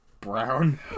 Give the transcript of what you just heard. brown